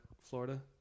Florida